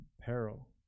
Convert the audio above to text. peril